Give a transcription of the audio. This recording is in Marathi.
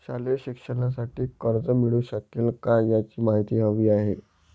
शालेय शिक्षणासाठी कर्ज मिळू शकेल काय? याची माहिती हवी आहे